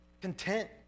content